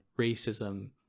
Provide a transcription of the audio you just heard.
racism